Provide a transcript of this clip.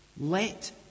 Let